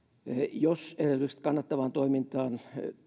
jos edellytykset kannattavaan toimintaan